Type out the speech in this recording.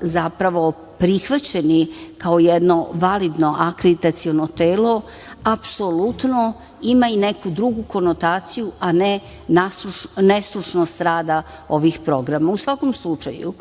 zapravo prihvaćeni kao jedno validno akreditaciono telo, apsolutno ima i neku drugu konotaciju, a ne nestručnost rada ovih programa.U svakom slučaju,